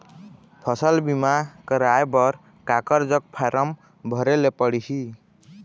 फसल बीमा कराए बर काकर जग फारम भरेले पड़ही?